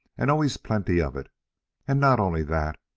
and always plenty of it and not only that,